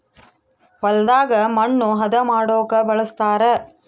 ಹೊಲದಾಗ ಮಣ್ಣು ಹದ ಮಾಡೊಕ ಬಳಸ್ತಾರ